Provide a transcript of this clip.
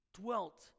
dwelt